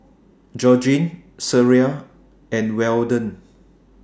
Georgene Sariah and Weldon